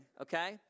okay